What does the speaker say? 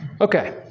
Okay